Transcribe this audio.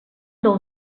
dels